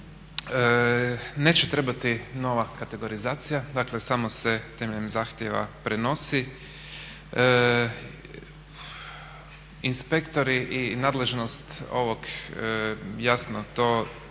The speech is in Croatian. Neće trebati nova kategorizacija, dakle samo se temeljem zahtjeva prenosi. Inspektori i nadležnost ovog jasno to je u